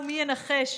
ומי ינחש,